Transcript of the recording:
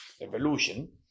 Evolution